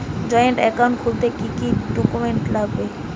Joint account খুলতে কি কি ডকুমেন্টস লাগবে?